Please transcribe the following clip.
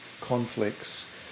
conflicts